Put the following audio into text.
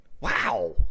wow